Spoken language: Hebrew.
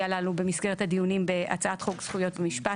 הללו במסגרת הדיונים בהצעת חוק זכויות המשפט.